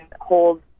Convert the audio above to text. hold